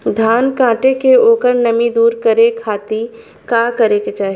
धान कांटेके ओकर नमी दूर करे खाती का करे के चाही?